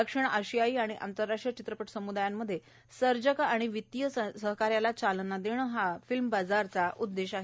दक्षिण आशियाई आणि आंतरराष्ट्रीय चित्रपट सम्दायांमधे सर्जक आणि वितीय सहकार्याला चालना देणं हा फिल्म बाजार चा उद्देश आहे